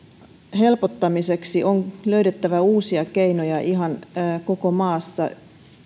helpottamiseksi on löydettävä uusia keinoja ihan koko maassa